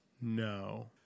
No